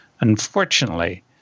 Unfortunately